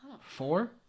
Four